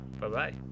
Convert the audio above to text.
Bye-bye